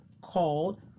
called